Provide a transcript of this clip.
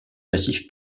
massif